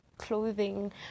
Clothing